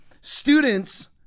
students